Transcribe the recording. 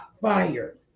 fire